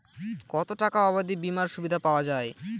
কত টাকা অবধি বিমার সুবিধা পাওয়া য়ায়?